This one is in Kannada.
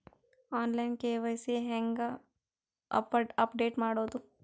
ಆನ್ ಲೈನ್ ಕೆ.ವೈ.ಸಿ ಹೇಂಗ ಅಪಡೆಟ ಮಾಡೋದು?